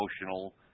emotional